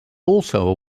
also